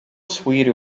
sweeter